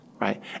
right